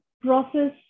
process